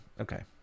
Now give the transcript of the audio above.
Okay